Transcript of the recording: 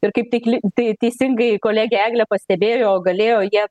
ir kaip tikli teisingai kolegė eglė pastebėjo galėjo jie